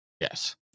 Yes